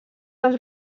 als